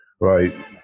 Right